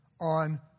on